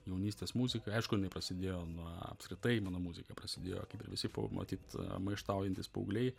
jaunystės muzika aišku prasidėjo nuo apskritai mano muzika prasidėjo kaip ir visi matyt maištaujantys paaugliai